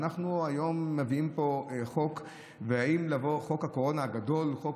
ואנחנו היום מביאים פה את חוק הקורונה הגדול, חוק